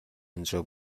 آنجا